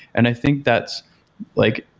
and i think that's like,